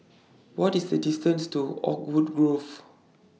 What IS The distance to Oakwood Grove